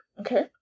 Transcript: Okay